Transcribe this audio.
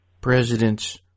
presidents